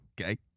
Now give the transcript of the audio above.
Okay